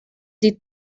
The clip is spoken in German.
die